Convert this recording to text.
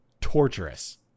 torturous